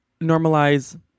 normalize